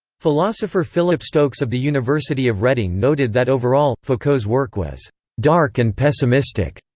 philosopher philip stokes of the university of reading noted that overall, foucault's work was dark and pessimistic,